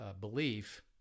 belief